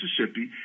Mississippi